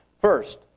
First